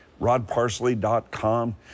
rodparsley.com